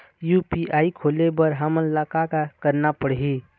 UPI खोले बर हमन ला का का करना पड़ही?